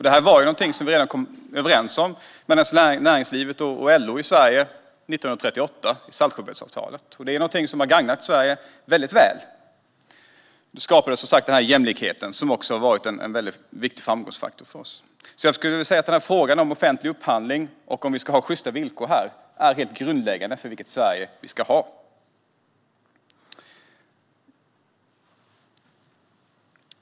Detta är någonting som näringslivet och LO kom överens om redan 1938, i Saltsjöbadsavtalet. Denna överenskommelse har tjänat Sverige väldigt väl och bidragit till att skapa den jämlikhet som också har varit en viktig framgångsfaktor för oss. Jag skulle vilja säga att frågan om offentlig upphandling och huruvida vi ska ha sjysta villkor här är helt grundläggande för vilket Sverige vi ska ha.